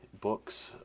books